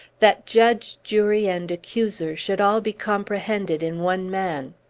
that judge, jury, and accuser should all be comprehended in one man!